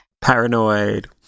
Paranoid